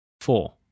four